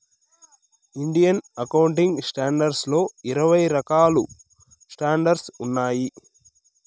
Indian accounting standards లో ఇరవై రకాల స్టాండర్డ్స్ ఉన్నాయి